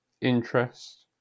interest